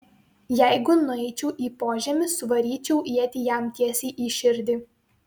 jeigu nueičiau į požemį suvaryčiau ietį jam tiesiai į širdį